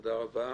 תודה רבה.